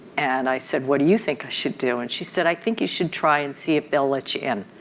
and i said, what do you think i should do? and she said, i think you should try and see if they'll let you in.